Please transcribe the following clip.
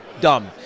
dumb